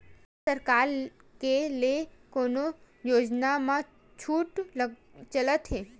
का सरकार के ले कोनो योजना म छुट चलत हे?